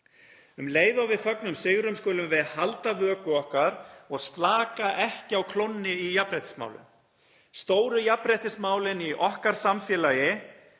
Um leið og við fögnum sigrum skulum við halda vöku okkar og slaka ekki á klónni í jafnréttismálum. Stóru jafnréttismálin í okkar samfélagi